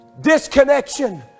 disconnection